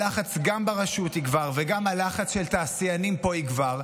גם הלחץ ברשות יגבר וגם הלחץ של תעשיינים פה יגבר,